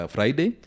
Friday